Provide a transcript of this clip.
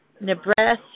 Nebraska